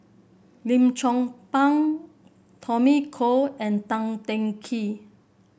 Lim Chong Pang Tommy Koh and Tan Teng Kee